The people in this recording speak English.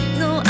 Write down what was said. no